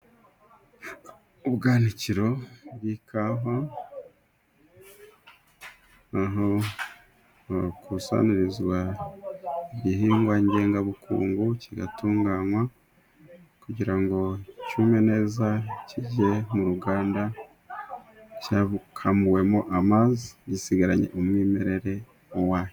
Ubwanikiro bw'ikawa aho bakusanyiriza igihingwa ngengabukungu kigatunganywa. Kugira ngo cyume neza kijye mu ruganda cyakamuwemo amazi gisigaranye umwimerere wacyo.